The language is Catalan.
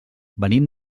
venim